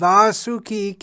Vasuki